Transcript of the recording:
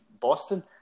Boston